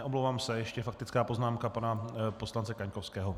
Omlouvám se, ještě faktická poznámka pana poslance Kaňkovského.